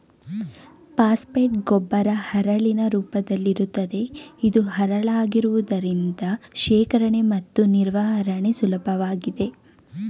phosphate ಗೊಬ್ಬರ ಹರಳಿನ ರೂಪದಲ್ಲಿರುತ್ತದೆ ಇದು ಹರಳಾಗಿರುವುದರಿಂದ ಶೇಖರಣೆ ಮತ್ತು ನಿರ್ವಹಣೆ ಸುಲಭವಾಗಿದೆ